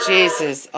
Jesus